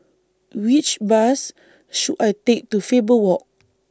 Which Bus should I Take to Faber Walk